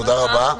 תודה רבה.